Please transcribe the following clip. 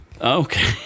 Okay